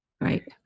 Right